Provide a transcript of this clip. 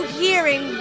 hearing